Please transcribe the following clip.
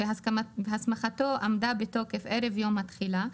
והסמכתו עמדה בתוקף ערב יום התחילה,